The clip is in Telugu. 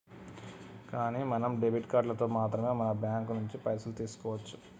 కానీ మనం డెబిట్ కార్డులతో మాత్రమే మన బ్యాంకు నుంచి పైసలు తీసుకోవచ్చు